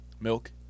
Milk